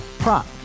Prop